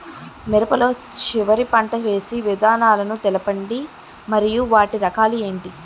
మిరప లో చివర పంట వేసి విధానాలను తెలపండి మరియు వాటి రకాలు ఏంటి